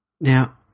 Now